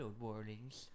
warnings